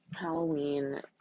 Halloween